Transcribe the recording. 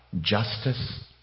justice